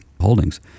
holdings